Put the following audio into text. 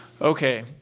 Okay